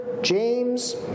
James